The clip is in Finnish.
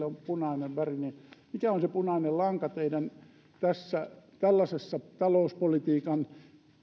on punainen väri niin mikä on se punainen lanka teidän tässä tällaisessa talouspolitiikan